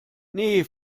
nee